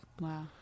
wow